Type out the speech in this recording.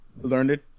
Learned